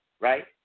Right